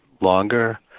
longer